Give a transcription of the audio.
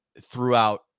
throughout